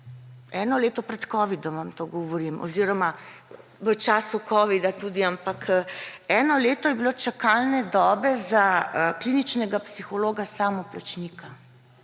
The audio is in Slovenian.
vam to govorim oziroma v času covida tudi, ampak eno leto je bila čakalna doba za kliničnega psihologa samoplačnika,